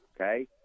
okay